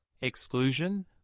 exclusion